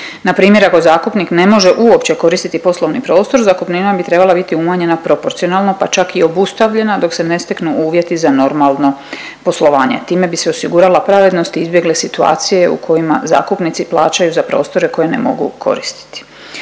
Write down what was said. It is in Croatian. Npr. ako zakupnik ne može uopće koristiti poslovni prostor, zakupnina bi trebala biti umanjenja proporcionalno pa čak i obustavljena dok se ne steknu uvjeti za normalno poslovanje. Time bi se osigurala pravednost i izbjegle situacije u kojima zakupnici plaćaju za prostore koje ne mogu koristiti.